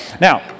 Now